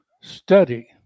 study